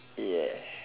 ya